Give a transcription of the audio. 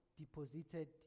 deposited